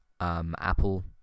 Apple